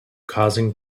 causing